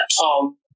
Tom